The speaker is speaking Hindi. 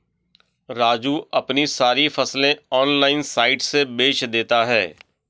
राजू अपनी सारी फसलें ऑनलाइन साइट से बेंच देता हैं